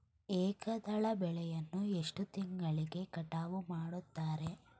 ಏಕದಳ ಬೆಳೆಯನ್ನು ಎಷ್ಟು ತಿಂಗಳಿಗೆ ಕಟಾವು ಮಾಡುತ್ತಾರೆ?